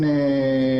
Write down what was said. נכון.